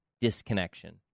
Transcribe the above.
disconnection